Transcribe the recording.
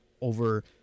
Over